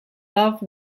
love